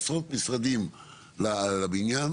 עשרות משרדים לבניין,